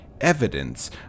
evidence